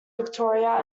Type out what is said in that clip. victoria